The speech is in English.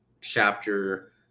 chapter